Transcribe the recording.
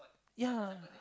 ya